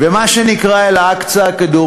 ומה שנקרא אל-אקצא הקדום,